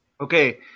Okay